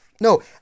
No